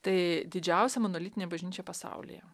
tai didžiausia monolitinė bažnyčia pasaulyje